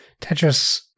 Tetris